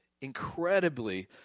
incredibly